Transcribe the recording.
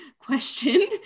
question